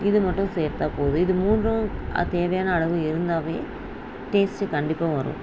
இதுமட்டும் சேர்த்தா போதும் இது மூணும் தேவையான அளவு இருந்தாவே டேஸ்ட்டு கண்டிப்பாக வரும்